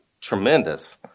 tremendous